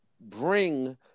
bring